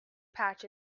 patch